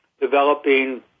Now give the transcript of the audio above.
developing